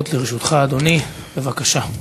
לרשותך, אדוני, בבקשה.